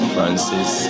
Francis